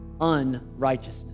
unrighteousness